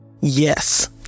yes